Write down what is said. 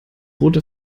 rote